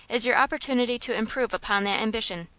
is your opportunity to improve upon that ambition.